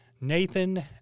Nathan